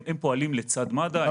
הם פועלים לצד מד"א.